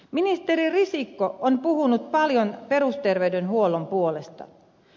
ministeri risikko on puhunut paljon perusterveydenhuollon puolesta